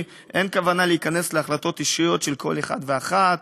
אין כוונה להיכנס להחלטות האישיות של כל אחד ואחת.